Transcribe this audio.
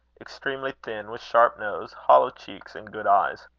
extremely thin, with sharp nose, hollow cheeks, and good eyes.